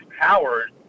powers